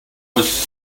was